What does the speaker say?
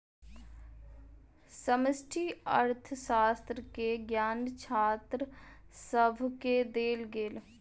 समष्टि अर्थशास्त्र के ज्ञान छात्र सभके देल गेल